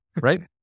right